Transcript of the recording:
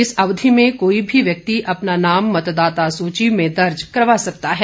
इस अवधि में कोई भी व्यक्ति अपना नाम मतदाता सूची में दर्ज करवा सकता है